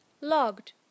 logged